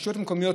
הרשויות המקומיות